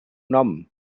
nom